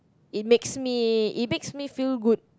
it makes me it makes me feel good